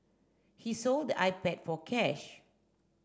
he sold the iPad for cash